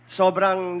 sobrang